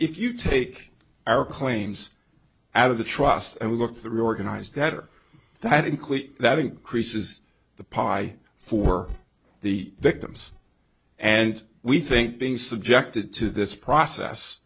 if you take our claims out of the trust and look the reorganized better that include that increases the pie for the victims and we think being subjected to this process